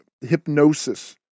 hypnosis